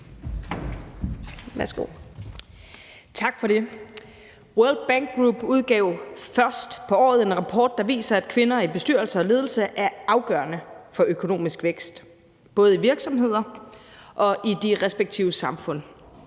(S): Tak for det. World Bank Group udgav først på året en rapport, der viser, at kvinder i bestyrelser og ledelser er afgørende for økonomisk vækst både i virksomheder og i de respektive samfund.